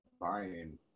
buying